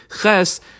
ches